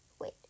wait